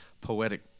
poetic